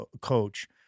coach